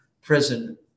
prison